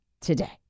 today